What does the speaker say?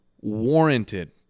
Warranted